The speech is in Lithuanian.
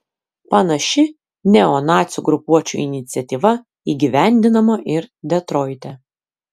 panaši neonacių grupuočių iniciatyva įgyvendinama ir detroite